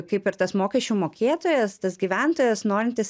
kaip ir tas mokesčių mokėtojas tas gyventojas norintis